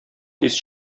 тиз